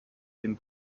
den